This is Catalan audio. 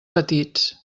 petits